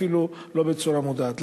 אפילו לא בצורה מודעת.